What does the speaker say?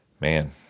man